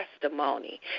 testimony